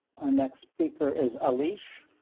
our next speaker is elise